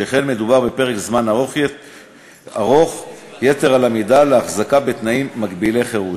שכן מדובר בפרק זמן ארוך יתר על המידה להחזקה בתנאים מגבילי חירות.